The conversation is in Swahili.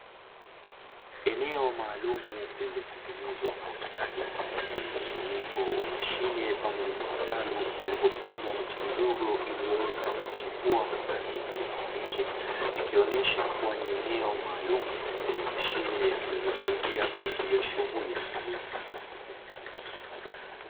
Eneo maalumu lililotengenezwa kwa ustadi lenye mkusanyiko wa mashine pamoja na vitalu, vilivyopandwa miche midogo iliyoota na kuchipua kwa rangi ya kijani kibichi, ikionyesha kuwa ni eneo maalumu lenye mashine zinazosaidia kwa ajili ya shughuli za kilimo.